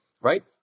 right